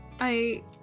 I-